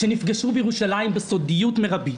שנפגשו בירושלים בסודיות מרבית.